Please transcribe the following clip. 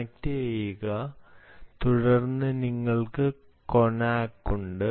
കണക്റ്റുചെയ്യുക തുടർന്ന് നിങ്ങൾക്ക് connack ഉണ്ട്